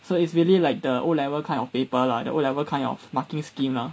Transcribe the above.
so it's really like the O level kind of paper lah the O level kind of marking scheme are